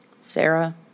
Sarah